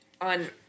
on